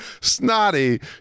snotty